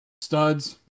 studs